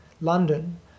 London